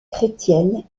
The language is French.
chrétienne